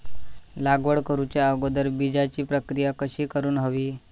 लागवड करूच्या अगोदर बिजाची प्रकिया कशी करून हवी?